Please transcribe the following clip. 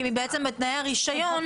כי בעצם בתנאי הרישיון